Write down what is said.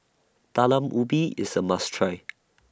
Talam Ubi IS A must Try